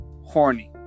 horny